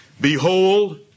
Behold